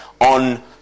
on